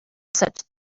such